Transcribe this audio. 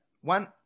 one